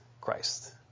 Christ